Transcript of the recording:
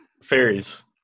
Fairies